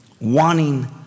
wanting